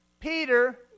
Peter